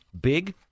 big